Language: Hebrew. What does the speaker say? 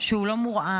שהוא לא מורעב,